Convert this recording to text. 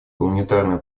гуманитарная